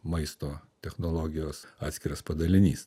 maisto technologijos atskiras padalinys